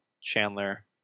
Chandler